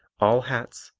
all hats,